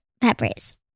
peppers